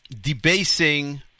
debasing